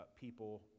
people